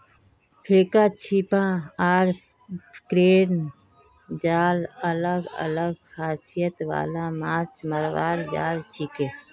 फेका छीपा आर क्रेन जाल अलग अलग खासियत वाला माछ मरवार जाल छिके